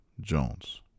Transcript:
Jones